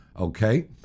Okay